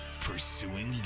Pursuing